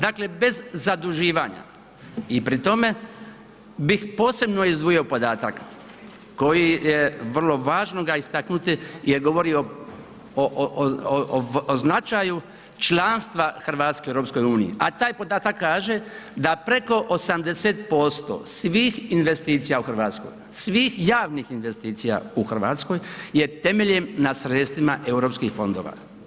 Dakle, bez zaduživanja i pri tome bih posebno izdvojio podatak koji je vrlo važno ga istaknuti jer govori o značaju članstva Hrvatske u EU, a taj podatak kaže da preko 80% svih investicija u Hrvatskoj, svih javnih investicija u Hrvatskoj je temeljem na sredstvima Europskih fondova.